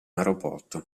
aeroporto